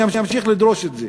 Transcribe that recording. אני אמשיך לדרוש את זה.